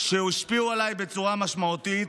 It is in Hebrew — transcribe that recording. שהשפיעו עליי בצורה משמעותית,